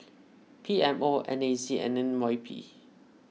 P M O N A C and N Y P